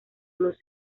los